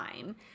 time